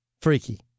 Freaky